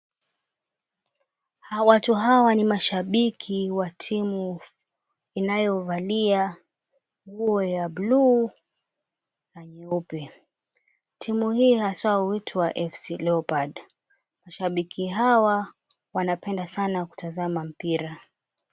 Watu hawa ni mashabiki wa timu inayovalia nguo ya bluu na nyeupe. Timu hii hasa huitwa FC Leorpard. Mashabiki hawa wanapenda sana kutazama mpira.